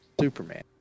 Superman